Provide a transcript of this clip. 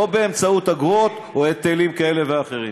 לא באמצעות אגרות או היטלים כאלה ואחרים.